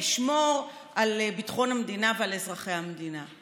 לשמור על ביטחון המדינה ועל אזרחי המדינה.